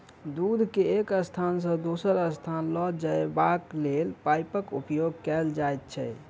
दूध के एक स्थान सॅ दोसर स्थान ल जयबाक लेल पाइपक उपयोग कयल जाइत छै